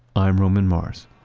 i'm roman mars.